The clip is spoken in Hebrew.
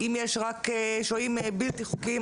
אם יש רק שוהים בלתי חוקיים,